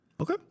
Okay